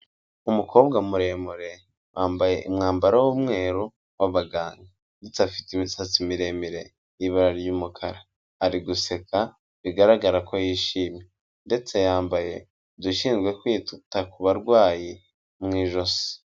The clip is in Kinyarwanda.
Umukobwa muremure wambaye umwambaro w'umweru wabaganga ndetse afite imisatsi miremire y ibara ry'umukara, ari guseka bigaragara ko yishimye ndetse yambaye udushinzwe kwita ku barwayi mu ijosi.